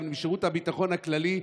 אבל משירות הביטחון הכללי,